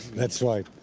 that's right.